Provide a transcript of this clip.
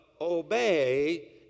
Obey